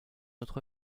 autre